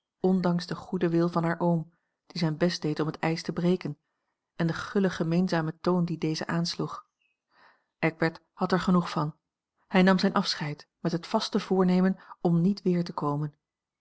ondanks den goeden wil van haar oom die zijn best deed om het ijs te breken en den gullen gemeenzamen toon dien deze aansloeg eckbert had er genoeg van hij nam zijn afscheid met het vaste voornemen om niet weer te komen